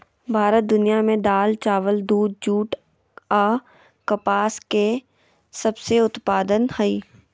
भारत दुनिया में दाल, चावल, दूध, जूट आ कपास के सबसे उत्पादन हइ